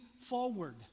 forward